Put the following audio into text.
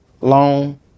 long